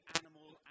animal